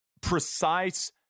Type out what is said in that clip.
precise